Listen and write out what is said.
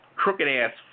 crooked-ass